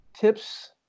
tips